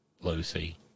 Lucy